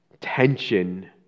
tension